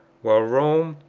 while rome,